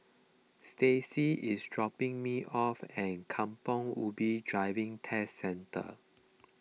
Staci is dropping me off at Kampong Ubi Driving Test Centre